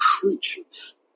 creatures